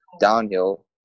downhill